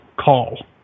Call